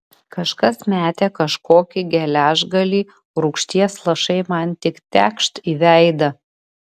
kažkas metė kažkokį geležgalį rūgšties lašai man tik tekšt į veidą